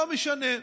לא משנה.